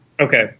Okay